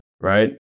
right